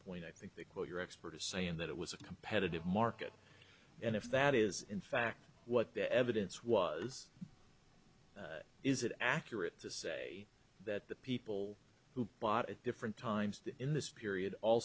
point i think the quote your expert is saying that it was a competitive market and if that is in fact what the evidence was is it accurate to say that the people who bought at different times in this period all